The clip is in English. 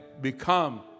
become